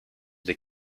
des